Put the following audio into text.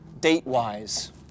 date-wise